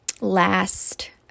last